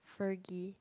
Fergie